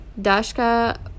Dashka